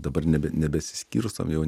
dabar nebe nebesiskirstom jau